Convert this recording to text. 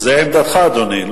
זה עמדתך, אדוני.